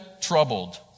troubled